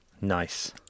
Nice